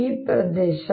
ಆದ್ದರಿಂದ ಇದು ಈ ಪ್ರದೇಶ